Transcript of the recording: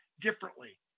differently